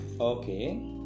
okay